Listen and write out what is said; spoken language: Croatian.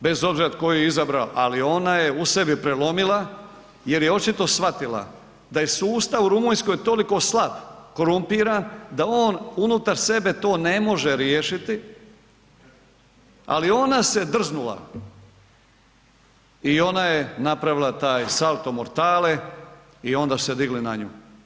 Bez obzira tko ju je izabrao, ali ona je u sebi prelomila jer je očito shvatila da je sustav u Rumunjskoj toliko slab, korumpiran da on unutar sebe to ne može riješiti ali ona se drznula i ona je napravila taj salto mortale i onda su se digli na nju.